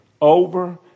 over